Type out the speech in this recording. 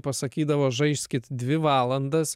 pasakydavo žaiskit dvi valandas